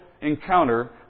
encounter